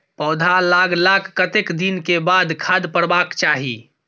पौधा लागलाक कतेक दिन के बाद खाद परबाक चाही?